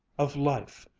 of life.